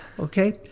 Okay